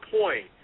point